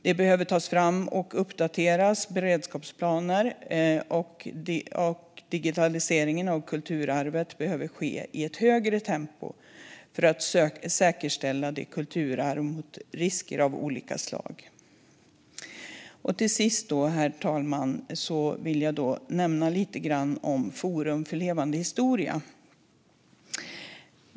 Det behöver tas fram och uppdateras beredskapsplaner, och digitaliseringen av kulturarvet behöver ske i ett högre tempo för att säkerställa vårt kulturarv mot risker av olika slag. Till sist, herr talman, vill jag nämna lite grann om Forum för levande historia.